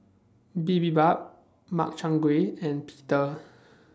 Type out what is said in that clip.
Bibimbap Makchang Gui and Pita